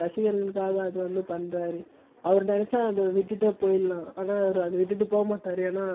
ரசிகர்களுக்காக அது வந்து பண்ணுறாரு அவர் நினச்சா அதை விட்டுட்டே போயிட்டுலாம் ஆனால் அவர் அதை விட்டுவிட்டு போக மாட்டார் ஏன்னா